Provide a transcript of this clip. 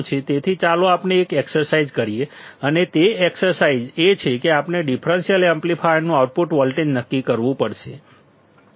તેથી ચાલો આપણે એક એક્સરસાઈઝ કરીએ અને તે એક્સરસાઈઝ એ છે કે આપણે ડિફરન્સીયલ એમ્પ્લીફાયરનું આઉટપુટ વોલ્ટેજ નક્કી કરવું પડશે